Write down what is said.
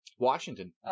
Washington